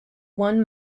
one